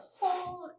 whole